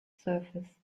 surface